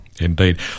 Indeed